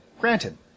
Granted